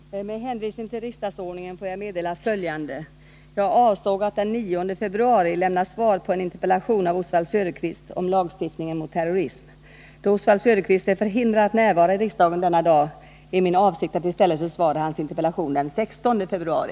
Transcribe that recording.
Fru talman! Med hänvisning till riksdagsordningen får jag meddela följande. Jag avsåg att den 9 februari lämna svar på en interpellation av Oswald Söderqvist om lagstiftningen mot terrorism. Då Oswald Söderqvist är förhindrad att närvara i riksdagen denna dag, är min avsikt att i stället besvara hans interpellation den 16 februari.